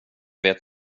vet